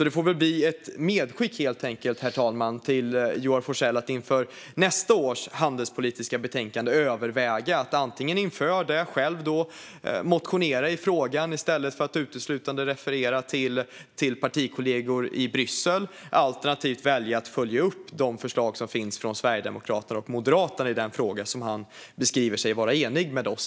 Det här får bli ett medskick, herr talman, till Joar Forssell att inför nästa års handelspolitiska betänkande överväga att antingen väcka motioner i frågan i stället för att uteslutande referera till partikollegor i Bryssel, eller välja att följa upp de förslag som finns från Sverigedemokraterna och Moderaterna i de frågor han beskriver sig vara enig i med oss.